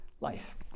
life